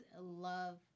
love